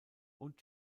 und